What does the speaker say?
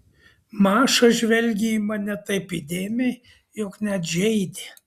maša žvelgė į mane taip įdėmiai jog net žeidė